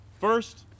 First